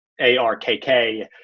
ARKK